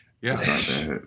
yes